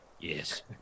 Yes